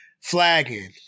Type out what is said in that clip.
flagging